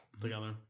together